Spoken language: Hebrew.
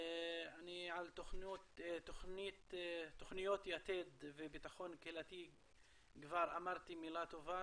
על תוכניות 'יתד' וביטחון קהילתי כבר אמרתי מילה טובה,